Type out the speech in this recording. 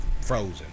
Frozen